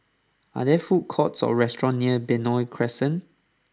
are there food courts or restaurants near Benoi Crescent